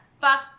Fuck